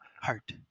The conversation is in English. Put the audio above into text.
Heart